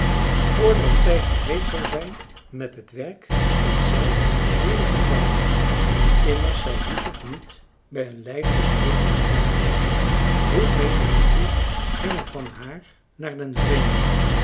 voordat zij gereed zou zijn met het werk dat zij nu nog onder handen had immers zij liet het niet bij een lijdelijk hopen en vragen hoe menige brief ging er van haar naar den vreemde